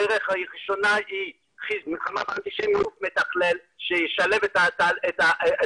הדרך הראשונה היא להקים גוף מתכלל שישלב את הפעילות